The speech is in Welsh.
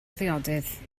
ddiodydd